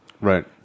right